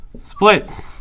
splits